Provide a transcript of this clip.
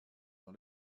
dans